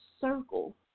circle